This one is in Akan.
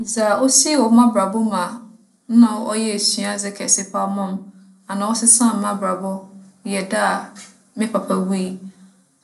Dza osii wͻ m'abrabͻ mu a na ͻyɛ esuadze kɛse paa maa me anaa ͻsesaa m'abrabͻ yɛ da a me papa wui.